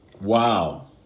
Wow